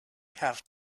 have